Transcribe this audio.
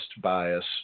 bias